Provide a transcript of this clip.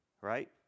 right